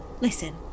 Listen